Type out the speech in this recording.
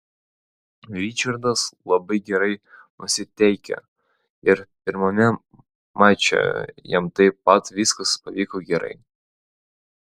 ričardas labai gerai nusiteikė ir pirmame mače jam taip pat viskas pavyko gerai